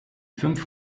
fünf